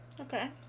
Okay